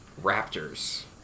raptors